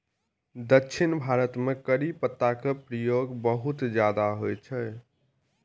दक्षिण भारत मे करी पत्ता के प्रयोग बहुत ज्यादा होइ छै